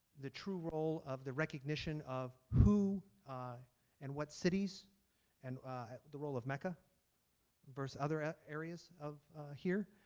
the true role of the recognition of who and what cities and the role of mecca versus other areas of here.